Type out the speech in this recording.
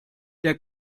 der